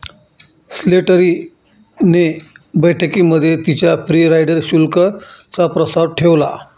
Slattery ने बैठकीमध्ये तिच्या फ्री राईडर शुल्क चा प्रस्ताव ठेवला